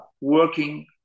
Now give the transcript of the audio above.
working